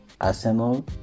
Arsenal